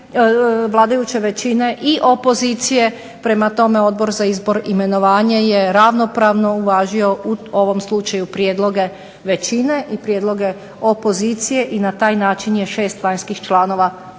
vladajuće većine i opozicije prema tome Odbor za izbor, imenovanje je ravnopravno uvažio u ovom slučaju prijedloge većine i prijedloge opozicije i na taj način je 6 vanjskih članova